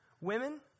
women